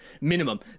minimum